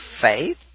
faith